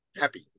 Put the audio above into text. happy